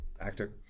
Actor